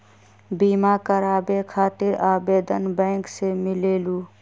बिमा कराबे खातीर आवेदन बैंक से मिलेलु?